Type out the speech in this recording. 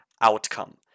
outcome